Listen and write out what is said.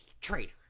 Traitor